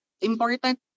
important